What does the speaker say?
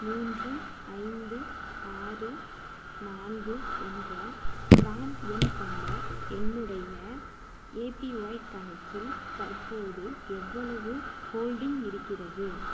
மூன்று ஐந்து ஆறு நான்கு என்ற பிரான் எண் கொண்ட என்னுடய ஏபிஒய் கணக்கில் தற்போது எவ்வளவு ஹோல்டிங் இருக்கிறது